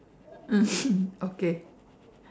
um okay